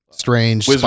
Strange